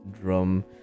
drum